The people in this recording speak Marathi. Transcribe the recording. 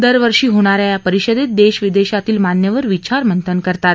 दरवर्षी होणाऱ्या या परिषदेत देश विदेशातील मान्यवर विचारमंथन करतात